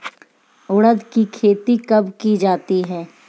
उड़द की खेती कब की जाती है?